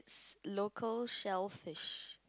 local shellfish